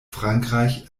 frankreich